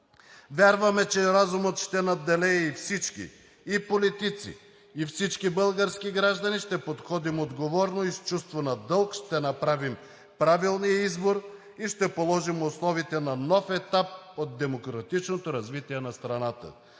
Вярваме, че разумът ще надделее и всички – и политици и всички български граждани, ще подходим отговорно и с чувство на дълг ще направим правилния избор и ще положим основите на нов етап от демократичното развитие на страната.